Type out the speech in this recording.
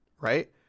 right